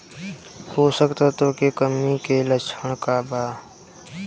पोषक तत्व के कमी के लक्षण का वा?